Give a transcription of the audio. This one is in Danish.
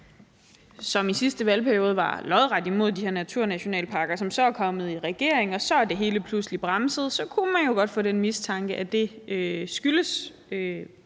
var i sidste valgperiode lodret imod de her naturnationalparker. De er siden kommet i regering, og så er det hele pludselig bremset, og så kunne man jo godt få den mistanke, at det skyldes